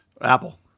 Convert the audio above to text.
Apple